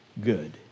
good